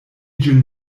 ĝin